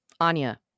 Anya